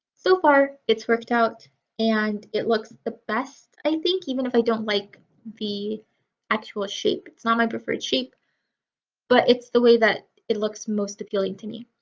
so far it's worked out and it looks the best i think even if i don't like the actual shape. it's not my preferred shape but it's the way that it looks most appealing to me.